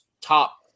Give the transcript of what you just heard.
top